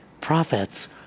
profits